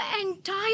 entire